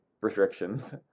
restrictions